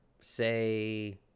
say